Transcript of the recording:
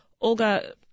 Olga